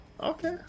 Okay